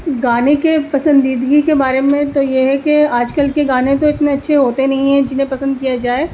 گانے کے پسندیدگی کے بارے میں تو یہ ہے کہ آ ج کل کے گانے تو اتنے اچھے ہوتے نہیں ہیں جنہیں پسند کیا جائے